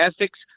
ethics